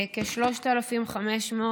כ-3,500,